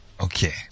Okay